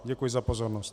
Děkuji za pozornost.